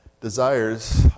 desires